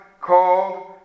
called